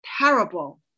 terrible